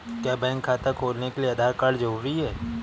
क्या बैंक खाता खोलने के लिए आधार कार्ड जरूरी है?